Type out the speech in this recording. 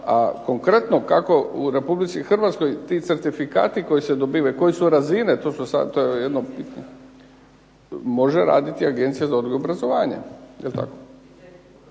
a konkretno kako u Republici Hrvatskoj ti certifikati kako se dobivaju, koje su razine, to je jedno, može raditi Agencija za odgoj i obrazovanje. Prema tome,